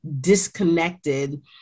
disconnected